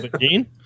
Gene